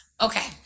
Okay